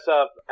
up